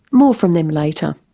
more from them later.